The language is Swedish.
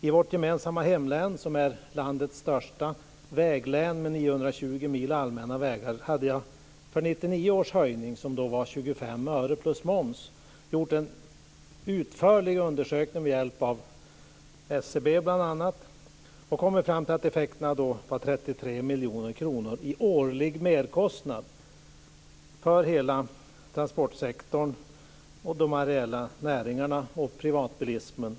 I vårt gemensamma hemlän, som är landets största väglän med 920 mil allmänna vägar, har jag för 1999 års höjning, 25 öre plus moms, gjort en utförlig undersökning bl.a. med hjälp av SCB och kommit fram till att effekten var 33 miljoner kronor i årlig merkostnad för hela transportsektorn, de areella näringarna och privatbilismen.